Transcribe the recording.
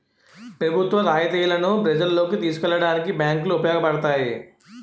ప్రభుత్వ రాయితీలను ప్రజల్లోకి తీసుకెళ్లడానికి బ్యాంకులు ఉపయోగపడతాయి